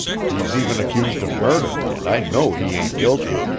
he's even accused of murder, and i know he ain't guilty.